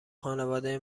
خانواده